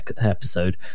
episode